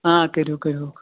آ کٔرِو کٔرۍہوٗکھ